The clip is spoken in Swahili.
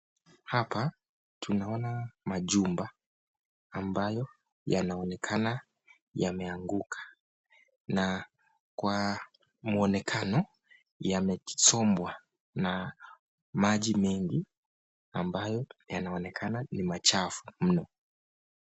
Hapa tunaona majumba ambayo yanaonekana yameanguka na kwa mwonekano yamesombwa na maji mengi ambayo yanaonekana ni machafu mno.